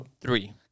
three